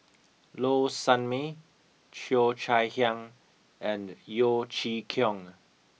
Low Sanmay Cheo Chai Hiang and Yeo Chee Kiong